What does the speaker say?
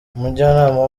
umujyanama